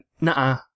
nah